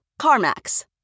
CarMax